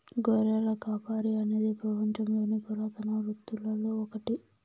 గొర్రెల కాపరి అనేది పపంచంలోని పురాతన వృత్తులలో ఒకటి